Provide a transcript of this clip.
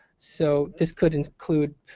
so this could include